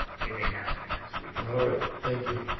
it ain't happening next week. all right. thank you.